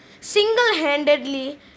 single-handedly